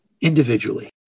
individually